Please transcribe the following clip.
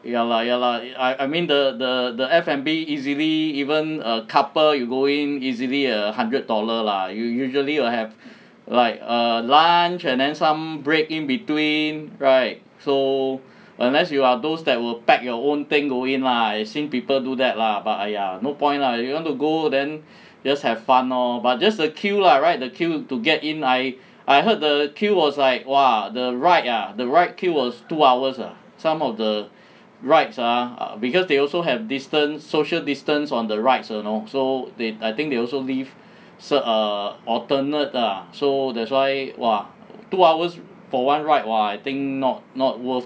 ya lah ya lah I mean the the the F&B easily even a couple you go in easily err hundred dollar lah you usually you will have like err lunch and then some break in between right so unless you are those that will pack your own thing go in lah I've seen people do that lah but !aiya! no point lah if you want to go then just have fun lor but just the queue lah right the queue to get in I I heard the queue was like !wah! the ride ah the ride queue was two hours ah some of the rides ah because they also have distance social distance on the rides you know so they I think they also leave so err alternate ah so that's why !wah! two hours for one ride !wah! I think not not worth